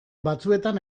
batzuetan